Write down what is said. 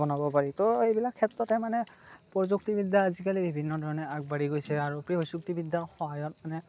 বনাব পাৰি ত' এইবিলাক ক্ষেত্ৰতে মানে প্ৰযুক্তিবিদ্য়া আজিকালি বিভিন্ন ধৰণে আগবাঢ়ি গৈছে আৰু প্ৰযুক্তিবিদ্যাৰ সহায়ত মানে